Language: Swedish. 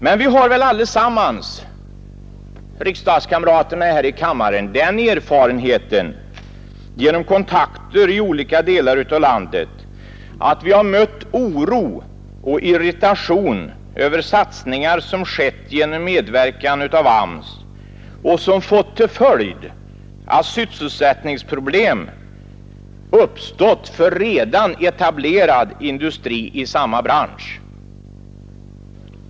Men alla riksdagskamraterna i kammaren har säkerligen vid kontakter i olika delar av landet mött oro och irritation över satsningar som skett genom medverkan av AMS och som fått till följd att sysselsättningsproblem uppstått för redan etablerad industri i samma branscher.